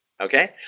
okay